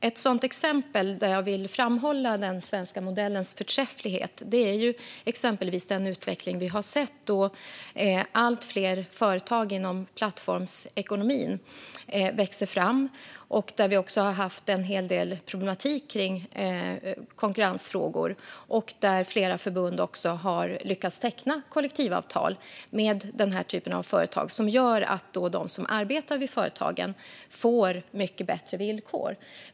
Ett exempel där jag vill framhålla den svenska modellens förträfflighet är exempelvis den utveckling vi har sett där allt fler företag inom plattformsekonomin växer fram och där det har varit en del problem när det gäller konkurrensfrågor. Flera förbund har där lyckats teckna kollektivavtal med den typen av företag som gör att de som arbetar vid företagen får mycket bättre villkor.